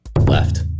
Left